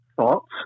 thoughts